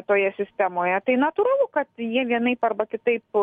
toje sistemoje tai natūralu kad jie vienaip arba kitaip